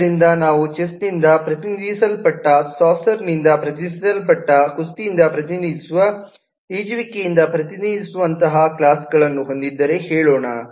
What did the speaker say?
ಆದ್ದರಿಂದ ನಾವು ಚೆಸ್ನಿಂದ ಪ್ರತಿನಿಧಿಸಲ್ಪಟ್ಟ ಸಾಕರ್ನಿಂದ ಪ್ರತಿನಿಧಿಸಲ್ಪಟ್ಟ ಕುಸ್ತಿಯಿಂದ ಪ್ರತಿನಿಧಿಸುವ ಈಜುವಿಕೆಯಿಂದ ಪ್ರತಿನಿಧಿಸುವಂತಹ ಕ್ಲಾಸ್ಗಳನ್ನು ಹೊಂದಿದ್ದರೆ ಹೇಳೋಣ